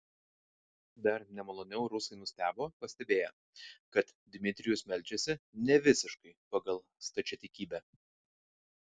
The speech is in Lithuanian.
dar nemaloniau rusai nustebo pastebėję kad dmitrijus meldžiasi nevisiškai pagal stačiatikybę